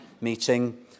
meeting